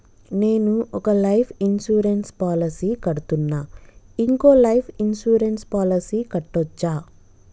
నేను ఒక life insurance policy కడ్తున్నా, ఇంకో లైఫ్ ఇన్సూరెన్స్ పాలసీ కట్టొచ్చా?